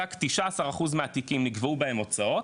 רק 19 אחוז מהתיקים נגבו מהם הוצאות,